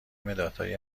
مدادهایی